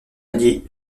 allié